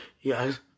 yes